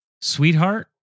Sweetheart